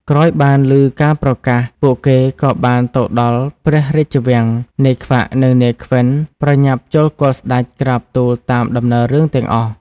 ក្រោយបានឮការប្រកាស ពួកគេក៏បានទៅដល់ព្រះរាជវាំង នាយខ្វាក់ និង នាយខ្វិន ប្រញាប់ចូលគាល់ស្តេចក្រាបទូលតាមដំណើររឿងទាំងអស់។